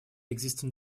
existing